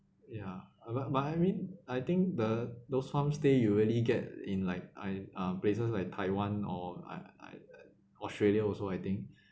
ya but but I mean I think the those homestay you really get in like I uh places like taiwan or I I uh australia also I think